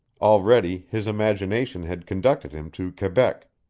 already his imagination had conducted him to quebec,